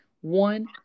One